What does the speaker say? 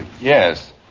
yes